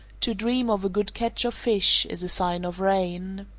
to dream of a good catch of fish is a sign of rain.